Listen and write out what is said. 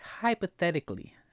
hypothetically